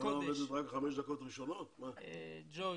ג'וש,